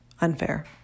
unfair